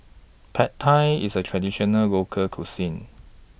Pad Thai IS A Traditional Local Cuisine